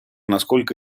насколько